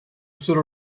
stood